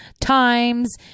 times